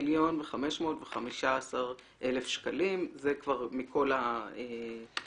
36,000515 אלף שקלים" זה כבר מכל הגופים